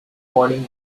morning